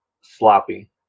sloppy